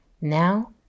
Now